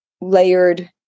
layered